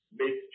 make